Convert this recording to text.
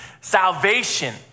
salvation